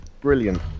Brilliant